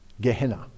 Gehenna